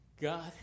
God